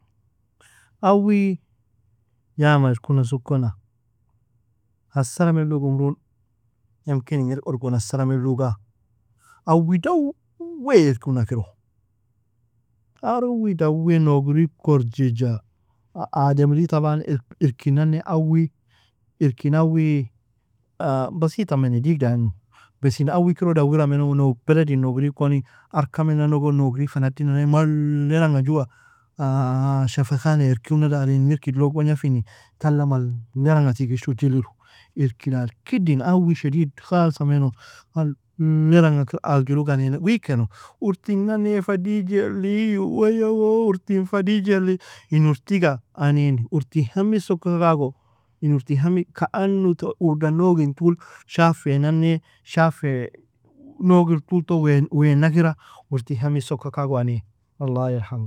Awi yama irkuna sukona, asraa melog umron يمكن ingir urgon asraa meloga, awi dawi irkuna kiro, awi dawi nougri korgija ademri طبعا irkinane awi irkin awi basitameni, digdaimo, besi in awi kiro daiwira meno beledi nougrikoni arkamenanogo nougri fa nadinanaya, maeranga jua شفخانة irkuna dari ingir kidlog gognafini, tala maleranga tigishu, irki la kidin awi شديد khalsameno, maleranga kir agjirog anain wigkeno, urti nane fa dijelin, way woo urti fa dijelin, in urtiga, anain urtin hemig soka kago, in urtin hemig كأنه udan nogintol shafei nana shafei nogintolton wainakira urtin hemig soka kagon anin. الله يرحمه